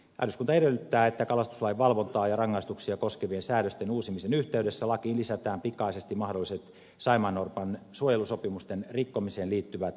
eduskunta edellyttää että kalastuslain valvontaa ja rangaistuksia koskevien säännösten uusimisen yhteydessä lakiin lisätään pikaisesti mahdolliset saimaannorpan suojelusopimusten rikkomiseen liittyvät seuraamussäännöt